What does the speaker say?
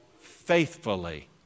faithfully